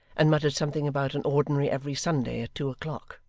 and muttered something about an ordinary every sunday at two o'clock.